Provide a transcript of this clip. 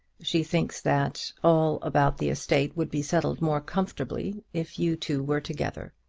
she thinks that all about the estate would be settled more comfortably if you two were together.